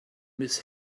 miss